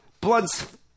blood's